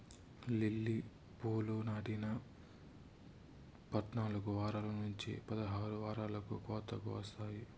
lily పూలు నాటిన పద్నాలుకు వారాల నుంచి పదహారు వారాలకు కోతకు వస్తాయి